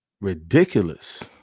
ridiculous